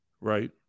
right